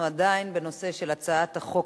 אנחנו עדיין בנושא של הצעת החוק,